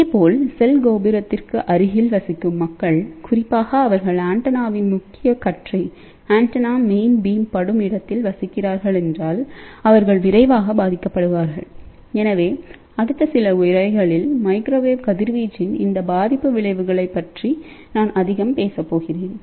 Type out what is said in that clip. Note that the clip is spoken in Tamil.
இதேபோல் செல் கோபுரத்திற்கு அருகில் வசிக்கும் மக்கள் குறிப்பாக அவர்கள்ஆண்டெனாவின் முக்கிய கற்றை படும் இடத்தில் வசிக்கிறார்கள் என்றால் அவர்கள்விரைவாக பாதிக்கப்படுவார்கள்எனவே அடுத்த சில உரைகளில் மைக்ரோவேவ் கதிர்வீச்சின் இந்த பாதிப்பு விளைவுகள் பற்றி நான் அதிகம் பேசப்போகிறேன்